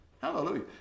Hallelujah